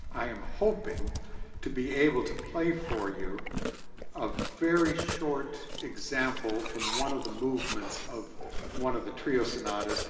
i am hoping to be able to play for you a very short example from one of the movements of one of the trio sonatas,